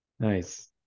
Nice